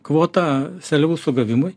kvotą seliavų sugavimui